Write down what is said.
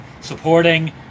supporting